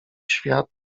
świat